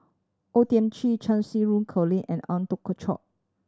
O Thiam Chin Cheng Xinru Colin and Eng